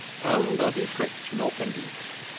and as he pricked north and east,